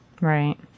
Right